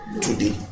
today